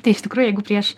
tai iš tikrųjų jeigu prieš